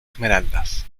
esmeraldas